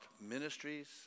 ministries